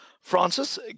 francis